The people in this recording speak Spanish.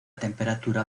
temperatura